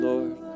Lord